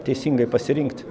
teisingai pasirinkt